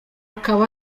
akaba